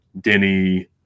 Denny